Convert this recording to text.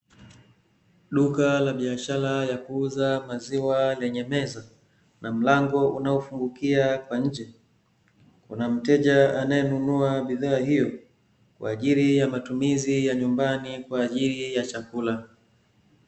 Duka la biashara la kuuza maziwa lenye meza na mlango unaofungukia kwa nje, kuna mteja anayenunua bidhaa hiyo kwa ajili ya matumizi ya nyumbani kwa ajili ya chakula.